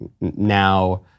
now